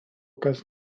kas